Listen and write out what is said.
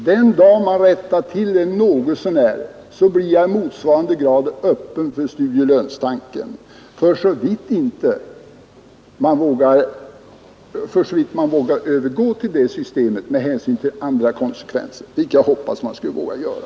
Den dag man rättar till dem något så när blir jag i motsvarande grad öppen för studielönetanken — för så vitt man vågar övergå till det systemet med hänsyn till andra konsekvenser, vilket jag hoppas att man skall våga göra.